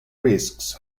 risks